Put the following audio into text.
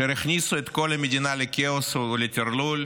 שהכניסו את כל המדינה לכאוס ולטרלול,